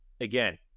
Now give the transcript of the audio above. again